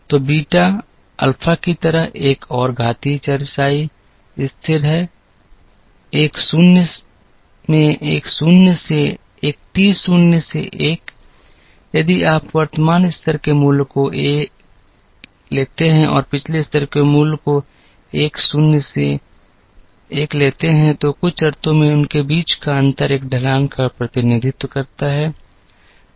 तो beta alpha की तरह एक और घातीय चौरसाई स्थिर है एक शून्य में एक शून्य से एक टी शून्य से 1 यदि आप वर्तमान स्तर के मूल्य को एक लेते हैं और पिछले स्तर के मूल्य को एक शून्य से 1 लेते हैं तो कुछ अर्थों में उनके बीच का अंतर एक ढलान का प्रतिनिधित्व करता है